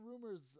rumors